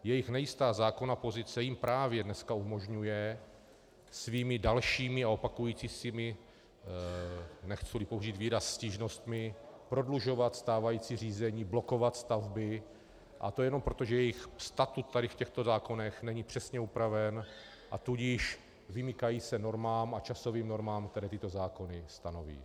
Jejich nejistá zákonná pozice jim právě dneska umožňuje svými dalšími a opakujícími se, nechcili použít výraz stížnostmi, prodlužovat stávající řízení, blokovat stavby, a to jenom proto, že jejich statut tady v těchto zákonech není přesně upraven, a tudíž se vymykají normám a časovým normám, které tyto zákony stanoví.